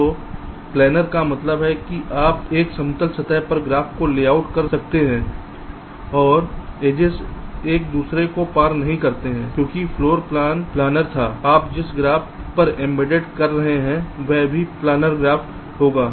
तो प्लेनर का मतलब है कि आप एक समतल सतह पर ग्राफ को लेआउट कर सकते हैं और एजिस एक दूसरे को पार नहीं करते हैं क्योंकि फ्लोर प्लान प्लानर था आप जिस ग्राफ पर एम्बेड कर रहे हैं वह भी प्लानर ग्राफ होगा